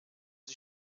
sie